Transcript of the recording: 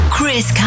Chris